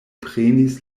prenis